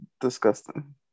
disgusting